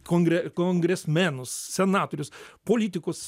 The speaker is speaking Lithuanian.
kongre kongresmenus senatorius politikus